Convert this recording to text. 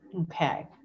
Okay